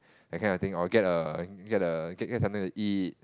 that kind of thing or get a get a get get something to eat